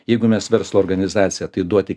jeigu mes verslo organizacija tai duoti